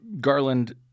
Garland